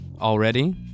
already